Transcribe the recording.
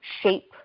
shape